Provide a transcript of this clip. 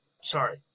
sorry